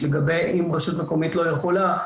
לגבי אם רשות מקומית לא יכולה,